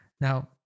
Now